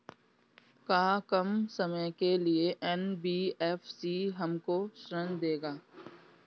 का कम समय के लिए एन.बी.एफ.सी हमको ऋण देगा?